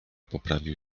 poprawił